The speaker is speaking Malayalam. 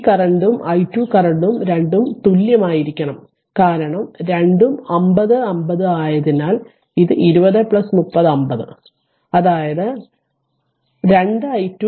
ഈ കറന്റും i2 കറന്റും രണ്ടും തുല്യമായിരിക്കണം കാരണം രണ്ടും 50 50 ആയതിനാൽ ഇത് 20 30 50 അതായത് 2 i2 i1